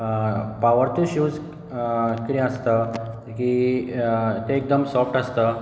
पावरचे shoes कितें आसता की ते एकदम सोफ्ट आसता